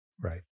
Right